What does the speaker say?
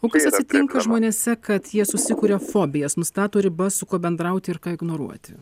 o kas atsitinka žmonėse kad jie susikuria fobijas nustato ribas su kuo bendrauti ir ką ignoruoti